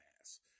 ass